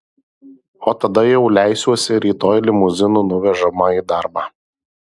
o tada jau leisiuosi rytoj limuzinu nuvežama į darbą